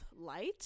light